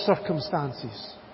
circumstances